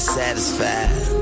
satisfied